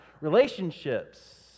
relationships